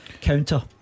counter